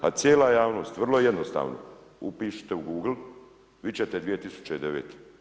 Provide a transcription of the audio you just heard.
A cijela javnost, vrlo jednostavno, upišite u google, vidit ćete 2009.